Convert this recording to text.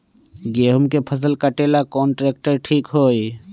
गेहूं के फसल कटेला कौन ट्रैक्टर ठीक होई?